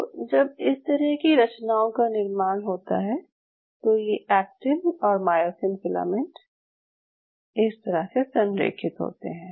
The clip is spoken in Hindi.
तो जब इस तरह की रचनाओं का निर्माण होता है तो ये एक्टीन और मायोसिन फिलामेंट इस तरह से संरेखित होते हैं